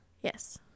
Yes